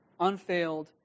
unfailed